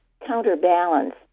counterbalance